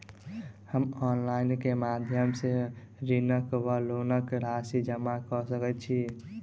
हम ऑनलाइन केँ माध्यम सँ ऋणक वा लोनक राशि जमा कऽ सकैत छी?